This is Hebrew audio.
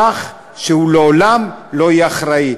כך שהוא לעולם לא יהיה אחראי.